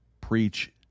preach